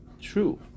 true